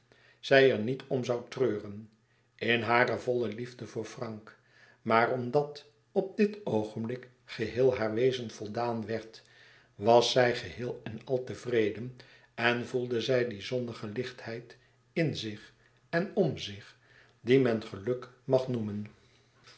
bertie zij er niet om zoû treuren in hare volle liefde voor frank maar omdàt op dit oogenblik geheel haar wezen voldaan werd was zij geheel en al tevreden en voelde zij die zonnige lichtheid in zich en om zich die men geluk mag noemen